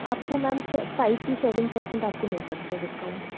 आपको मैम से five two seven percent आपको मिल सकते हैं डिस्काउंट